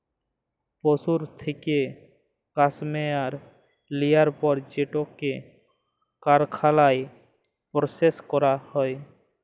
পশুর থ্যাইকে ক্যাসমেয়ার লিয়ার পর সেটকে কারখালায় পরসেস ক্যরা হ্যয়